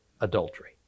adultery